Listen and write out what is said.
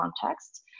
context